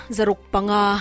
Zarukpanga